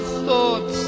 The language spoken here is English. thoughts